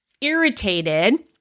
irritated